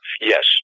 Yes